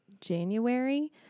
January